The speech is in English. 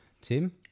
Tim